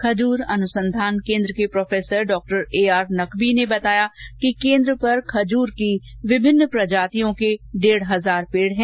खजर अनसंघान केन्द्र के प्रोफेसर डॉ एआर नकवी ने बताया कि केन्द्र पर खजर की विभिन्न प्रजातियों के डेढ हजार पेड़ है